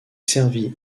servit